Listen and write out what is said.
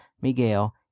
Miguel